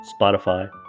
Spotify